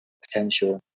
potential